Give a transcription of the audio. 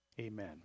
Amen